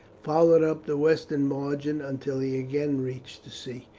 followed up the western margin until he again reached the sea.